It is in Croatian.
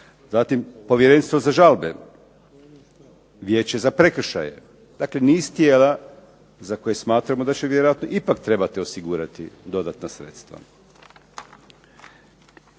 Zatim povjerenstvo za žalbe, vijeće za prekršaje, dakle niz tijela za koje smatramo da će vjerojatno ipak trebati osigurati dodatna sredstva.